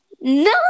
No